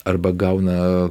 arba gauna